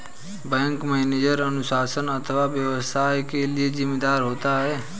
bank manager अनुशासन अथवा व्यवसाय के लिए जिम्मेदार होता है